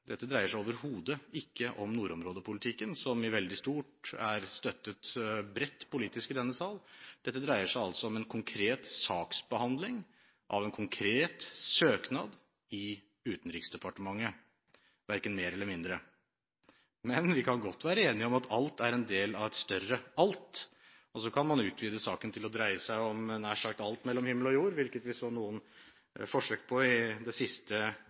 overhodet ikke om nordområdepolitikken, som er støttet bredt politisk i denne sal. Dette dreier seg altså om en konkret saksbehandling av en konkret søknad i Utenriksdepartementet, verken mer eller mindre. Vi kan godt være enige om at alt er en del av et større alt, og så kan man utvide saken til å dreie seg om nær sagt alt mellom himmel og jord – hvilket vi så noen forsøk på i det siste